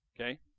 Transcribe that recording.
Okay